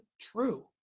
true